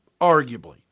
Arguably